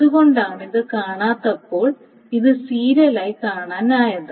അതുകൊണ്ടാണ് ഇത് കാണാത്തപ്പോൾ ഇത് സീരിയലായി കാണാനായത്